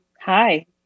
Hi